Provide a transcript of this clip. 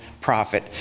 profit